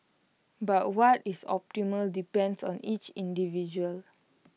but what is optimal depends on each individual